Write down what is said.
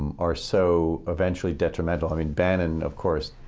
are so eventually detrimental. i mean, bannon, of course,